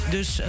Dus